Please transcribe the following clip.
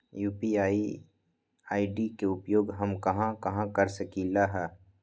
UPI ID के उपयोग हम कहां कहां कर सकली ह?